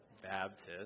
Baptist